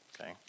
okay